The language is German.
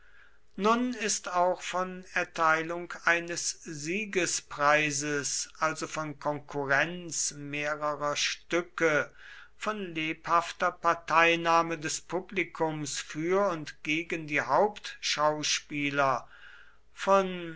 nun ist auch von erteilung eines siegespreises also von konkurrenz mehrerer stücke von lebhafter parteinahme des publikums für und gegen die hauptschauspieler von